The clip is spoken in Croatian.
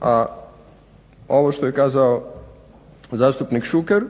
a ovo što je kazao zastupnik Šuker